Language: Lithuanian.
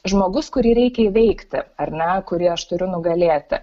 žmogus kurį reikia įveikti ar ne kurį aš turiu nugalėti